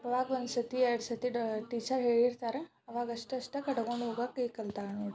ಅವಾಗ ಒಂದು ಸರ್ತಿ ಎರಡು ಸರ್ತಿ ಡಾ ಟೀಚರ್ ಹೇಳಿರ್ತಾರೆ ಅವಾಗಷ್ಟಷ್ಟೇ ಕಟ್ಕೊಂಡು ಹೋಗಕ್ಕ ಈಗ ಕಲ್ತಾಳೆ ನೋಡಿರಿ